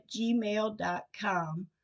gmail.com